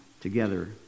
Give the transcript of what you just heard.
together